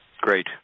Great